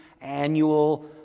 annual